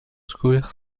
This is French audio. scolaire